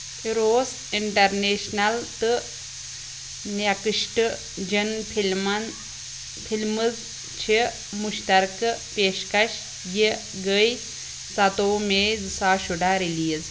روس اِنٛٹرنیشنَل تہٕ نیکشٹ جِن فِلمَن فِلمٕز چھِ مُشترکہٕ پیشكش یہِ گٔے ستووُہ مے زٕ ساس شُراہ رِلیٖز